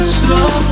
slow